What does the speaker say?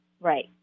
Right